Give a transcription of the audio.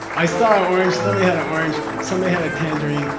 i saw an orange, somebody had an orange, somebody had a tangerine,